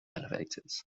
elevators